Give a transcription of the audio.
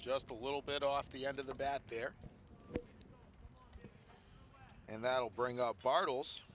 just a little bit off the end of the bat there and that'll bring up b